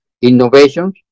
innovations